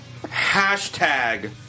Hashtag